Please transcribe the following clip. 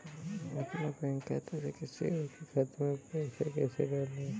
अपने खाते से किसी और के खाते में पैसे कैसे डालें?